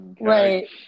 Right